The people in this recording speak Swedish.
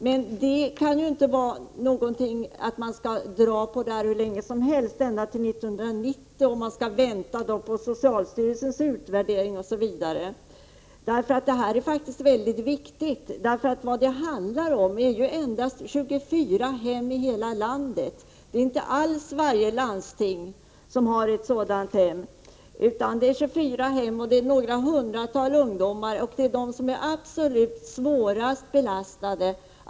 Men man skall inte behöva dra på detta hur länge som helst, ända till 1990, och vänta på bl.a. socialstyrelsens utvärdering. Denna fråga är mycket viktig. Vad det handlar om är endast 24 hem i hela landet. Det är inte alls varje landsting som har ett sådant hem, utan det gäller 24 hem och några hundratal ungdomar. Dessa ungdomar är de absolut svårast belastade.